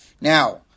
Now